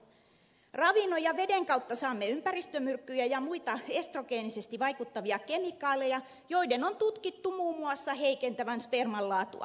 ravinnon ja veden kautta saamme ympäristömyrkkyjä ja muita estrogeenisesti vaikuttavia kemikaaleja joiden on tutkittu muun muassa heikentävän sperman laatua